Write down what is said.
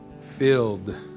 filled